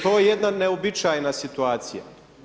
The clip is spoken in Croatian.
To je jedna neuobičajena situacija.